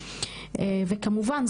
וכמובן,